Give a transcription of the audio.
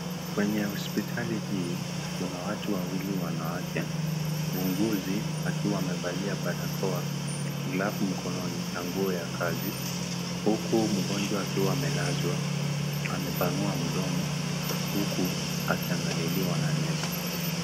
Kwenye hospitali hii kuna watu wawili wanawake, muuguzi akiwa amevalia barakoa, glavu mkononi na nguo ya kazi, huku mgonjwa akiwa amelazwa, amepanua mdomo huku akiangaliliwa na nesi.